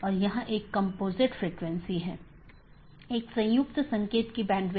तो मुख्य रूप से ऑटॉनमस सिस्टम मल्टी होम हैं या पारगमन स्टब उन परिदृश्यों का एक विशेष मामला है